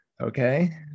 Okay